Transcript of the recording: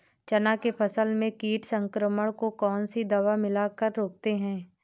चना के फसल में कीट संक्रमण को कौन सी दवा मिला कर रोकते हैं?